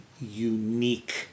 unique